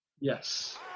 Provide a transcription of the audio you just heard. yes